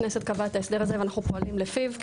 הכנסת קבעה את ההסדר הזה ואנו פועלים לפיו.